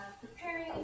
preparing